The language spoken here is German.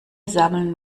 sammeln